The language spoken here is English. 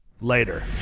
Later